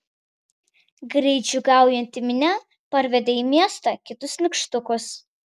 greit džiūgaujanti minia parvedė į miestą kitus nykštukus